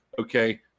okay